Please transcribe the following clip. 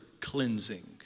cleansing